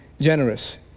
generous